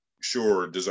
sure